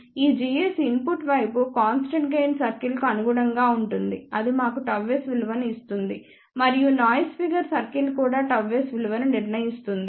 ఈ gs input వైపు constant gain సర్కిల్కు అనుగుణంగా ఉంటుంది అది మాకు ΓS విలువను ఇస్తుంది మరియు నాయిస్ ఫిగర్ సర్కిల్ కూడా ΓS విలువను నిర్ణయిస్తుంది